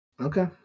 Okay